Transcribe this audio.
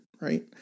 right